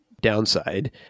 downside